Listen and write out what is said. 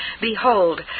Behold